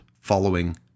following